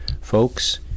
folks